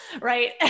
right